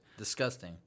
disgusting